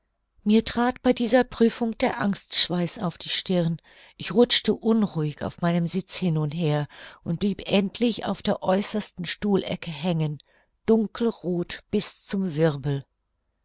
mir trat bei dieser prüfung der angstschweiß auf die stirn ich rutschte unruhig auf meinem sitz hin und her und blieb endlich auf der äußersten stuhlecke hängen dunkelroth bis zum wirbel